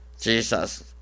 jesus